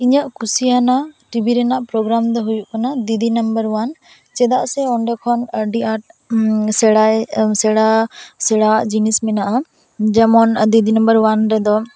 ᱤᱧᱟᱹᱜ ᱠᱩᱥᱤᱭᱟᱱᱟᱜ ᱴᱤᱵᱤ ᱨᱮᱱᱟᱜ ᱯᱨᱳᱜᱨᱟᱢ ᱫᱚ ᱦᱩᱭᱩᱜ ᱠᱟᱱᱟ ᱰᱤ ᱰᱤ ᱱᱟᱢᱵᱟᱨ ᱳᱭᱟᱱ ᱪᱮᱫᱟᱜ ᱥᱮ ᱚᱸᱰᱮ ᱠᱷᱚᱱ ᱟᱹᱰᱤ ᱟᱸᱴ ᱥᱮᱬᱟᱭ ᱥᱮᱬᱟ ᱥᱮᱬᱟᱣᱟ ᱡᱤᱱᱤᱥ ᱢᱮᱱᱟᱜᱼᱟ ᱡᱮᱢᱚᱱ ᱰᱤ ᱰᱤ ᱱᱟᱢᱵᱟᱨ ᱳᱭᱟᱱ ᱨᱮᱫᱚ